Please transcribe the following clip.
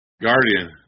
Guardian